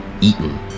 eaten